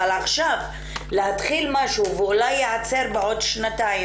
אבל עכשיו להתחיל משהו והוא אולי ייעצר בעוד שנתיים